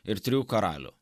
ir trijų karalių